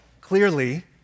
clearly